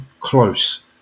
close